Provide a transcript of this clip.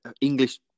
English